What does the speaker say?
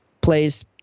plays